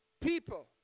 people